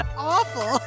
awful